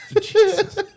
Jesus